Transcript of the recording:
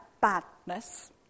badness